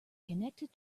connected